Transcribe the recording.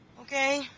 Okay